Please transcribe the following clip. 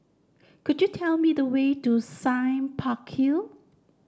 could you tell me the way to Sime Park Hill